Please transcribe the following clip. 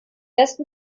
ersten